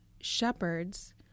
shepherds